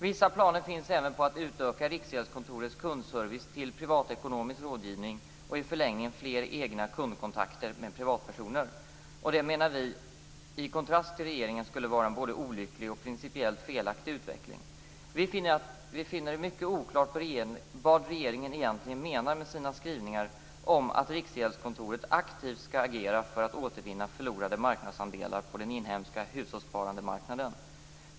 Vissa planer finns även på att utöka Riksgäldskontorets kundservice till privatekonomisk rådgivning och i förlängningen fler egna kundkontakter med privatpersoner. Och detta menar vi, i kontrast till regeringen, skulle vara en både olycklig och principiellt felaktig utveckling. Vi finner det mycket oklart vad regeringen egentligen menar med sina skrivningar om att Riksgäldskontoret aktivt skall agera för att återvinna förlorade marknadsandelar på den inhemska hushållssparandemarknaden.